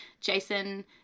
Jason